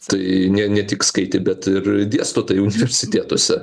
tai ne ne tik skaitė bet ir dėsto tai universitetuose